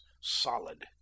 solid